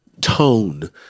tone